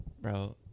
Bro